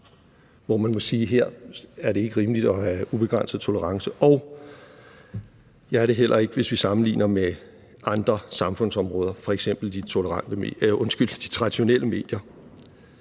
hvor man må sige, at her er det ikke rimeligt at have ubegrænset tolerance, og jeg er heller ikke tilhænger af ubegrænset tolerance, hvis vi sammenligner det med andre samfundsområder, f.eks. de traditionelle medier.